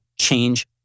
change